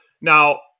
now